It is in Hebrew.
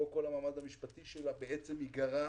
כאן כל המעמד המשפטי שלה בעצם ייגרע